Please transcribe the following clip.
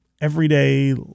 everyday